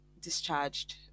discharged